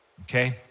Okay